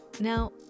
Now